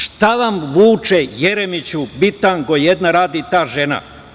Šta vam, Vuče Jeremiću, bitango jedna, radi ta žena?